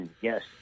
Yes